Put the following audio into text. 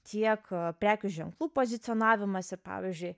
tiek prekių ženklų pozicionavimas ir pavyzdžiui